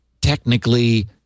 technically